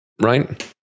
right